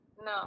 No